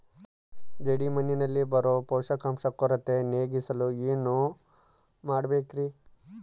ಜೇಡಿಮಣ್ಣಿನಲ್ಲಿ ಬರೋ ಪೋಷಕಾಂಶ ಕೊರತೆ ನೇಗಿಸಲು ಏನು ಮಾಡಬೇಕರಿ?